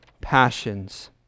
passions